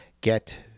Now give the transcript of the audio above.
get